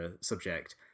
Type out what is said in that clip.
subject